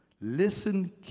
Listen